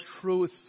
truth